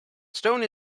stone